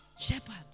Shepherd